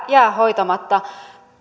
jää hoitamatta